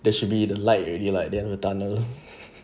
there should be the light already like at the end of the tunnel